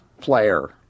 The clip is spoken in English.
player